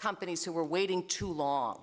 companies who were waiting too long